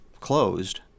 closed